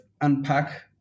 unpack